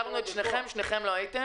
את יכולה להגיד מה הצעת החוק שלך אומרת ולפרט